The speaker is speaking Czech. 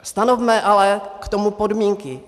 Stanovme ale k tomu podmínky.